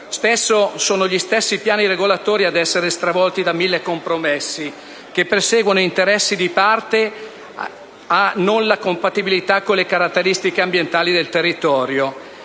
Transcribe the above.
Spesso sono gli stessi piani regolatori ad essere stravolti da mille compromessi, che perseguono interessi di parte e non la compatibilità con le caratteristiche ambientali del territorio.